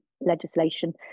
legislation